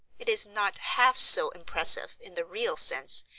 it is not half so impressive, in the real sense,